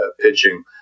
pitching